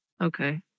Okay